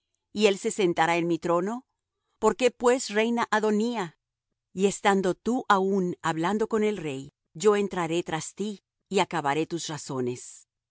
y él se sentará en mi trono por qué pues reina adonía y estando tú aún hablando con el rey yo entraré tras ti y acabaré tus razones